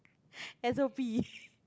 S_O_P